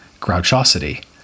grouchosity